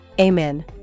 Amen